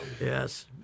Yes